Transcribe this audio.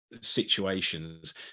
situations